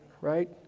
right